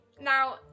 now